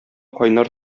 кайнар